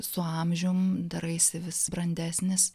su amžiumi daraisi vis brandesnis